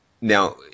Now